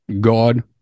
God